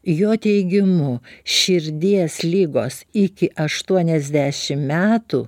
jo teigimu širdies ligos iki aštuoniasdešim metų